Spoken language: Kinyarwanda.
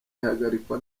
ihagarikwa